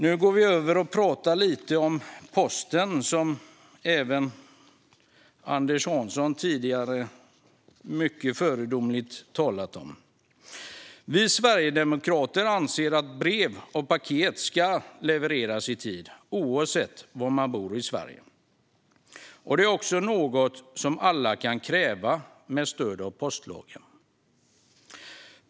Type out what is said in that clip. Nu går jag över och talar lite om posten, vilket Anders Hansson tidigare mycket föredömligt talade om. Vi sverigedemokrater anser att brev och paket ska levereras i tid oavsett var man bor i Sverige. Detta är också något som alla kan kräva med stöd av postlagen.